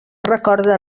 recorda